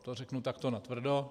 To řeknu takto natvrdo.